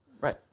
Right